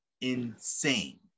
Insane